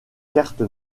carte